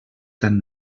tan